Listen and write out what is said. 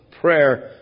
prayer